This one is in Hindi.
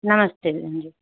नमस्ते बहन जी